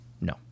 no